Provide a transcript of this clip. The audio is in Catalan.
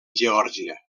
geòrgia